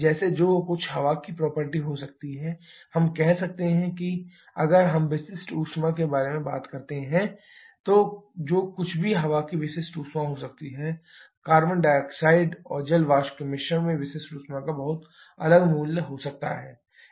जैसे जो कुछ हवा की प्रॉपर्टी हो सकती है हम कहते हैं अगर हम विशिष्ट ऊष्मा के बारे में बात करते हैं तो जो कुछ भी हवा की विशिष्ट ऊष्मा हो सकती है कार्बन डाइऑक्साइड और जल वाष्प के मिश्रण में विशिष्ट ऊष्मा का बहुत अलग मूल्य हो सकता है